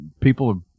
People